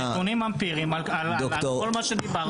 נתונים אמפיריים על כל מה שדיברנו.